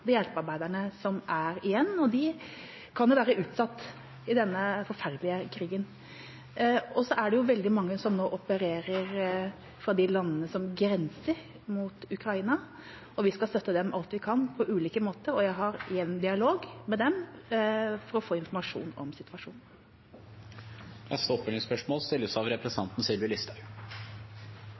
være utsatt, i denne forferdelige krigen. Så er det veldig mange som nå opererer fra de landene som grenser mot Ukraina. Vi skal støtte dem alt vi kan, på ulike måter, og jeg har jevn dialog med dem for å få informasjon om situasjonen. Sylvi Listhaug – til oppfølgingsspørsmål.